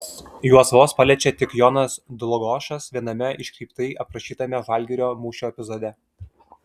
juos vos paliečia tik jonas dlugošas viename iškreiptai aprašytame žalgirio mūšio epizode